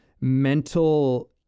mental